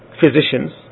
physicians